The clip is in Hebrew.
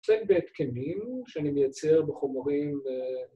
קצת בהתקנים שאני מייצר בחומרים ו...